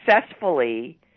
successfully